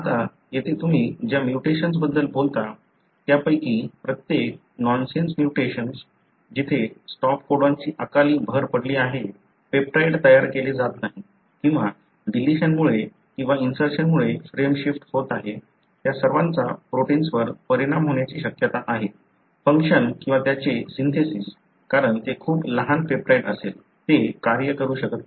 आता येथे तुम्ही ज्या म्युटेशन्स बद्दल बोलता त्यापैकी प्रत्येक नॉनसेन्स म्युटेशन्स जेथे स्टॉप कोडॉनची अकाली भर पडली आहे पेप्टाइड तयार केले जात नाही किंवा डिलिशनमुळे किंवा इंसर्शनमुळे फ्रेमशिफ्ट होत आहे त्या सर्वांचा प्रोटिन्सवर परिणाम होण्याची शक्यता आहे फंक्शन किंवा त्याचे सिन्थेसिस कारण ते खूप लहान पेप्टाइड असेल ते कार्य करू शकत नाही